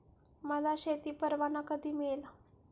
मला शेती परवाना कधी मिळेल?